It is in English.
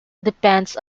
depends